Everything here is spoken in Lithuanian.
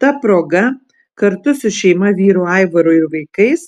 ta proga kartu su šeima vyru aivaru ir vaikais